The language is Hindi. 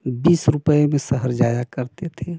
बीस रुपये में शहर जाया करते थे